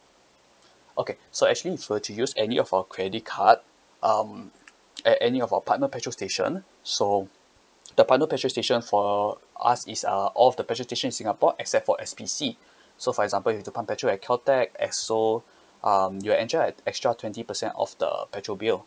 okay so actually if you were to use any of our credit card um at any of our partner petrol station so the partner petrol station for us is uh all of the petrol station in singapore except for S_P_C so for example you need to pump petrol at Caltex Esso um you will enjoy at extra twenty percent of the petrol bill